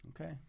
Okay